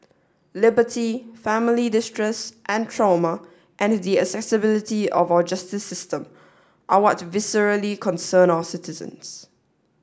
liberty family distress and trauma and the accessibility of our justice system are what viscerally concern our citizens